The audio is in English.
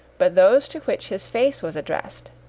but those to which his face was addressed.